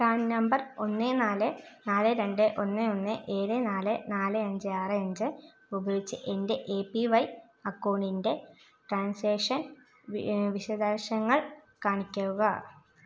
PRAN number ഒന്ന് നാല് നാല് രണ്ട് ഒന്ന് ഒന്ന് ഏഴ് നാല് നാല് അഞ്ച് ആറ് അഞ്ച് ഉപയോഗിച്ച് എന്റെ എ പി വൈ അക്കൗണ്ടിന്റെ ട്രാൻസാക്ഷൻ വ് വിശദാംശങ്ങൾ കാണിക്കുക